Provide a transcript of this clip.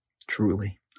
Truly